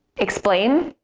explain,